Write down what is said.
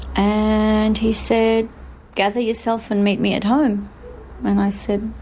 and he said gather yourself and meet me at home and i said,